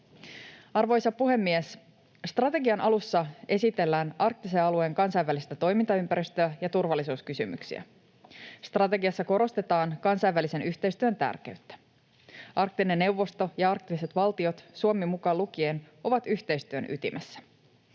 Arvoisa puhemies! Strategian alussa esitellään arktisen alueen kansainvälistä toimintaympäristöä ja turvallisuuskysymyksiä. Strategiassa korostetaan kansainvälisen yhteistyön tärkeyttä. Arktinen neuvosto ja arktiset valtiot, Suomi mukaan lukien, ovat yhteistyön ytimessä.